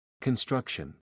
Construction